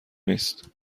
نیست